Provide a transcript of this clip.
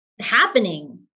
happening